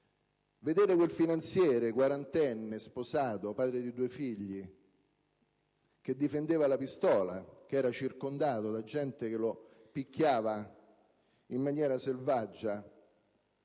Vedere quel finanziere quarantenne, sposato, padre di due figli, che difendeva la pistola mentre era circondato da gente che lo picchiava in maniera selvaggia,